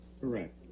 correct